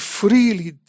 freely